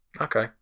Okay